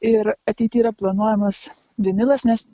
ir ateity yra planuojamas vinilas nes